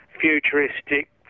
futuristic